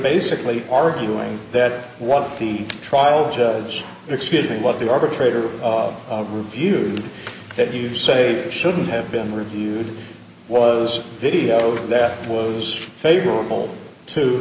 basically arguing that what the trial judge excusing what the arbitrator reviewed that you say shouldn't have been reviewed was video that was favorable to